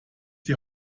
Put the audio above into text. die